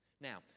Now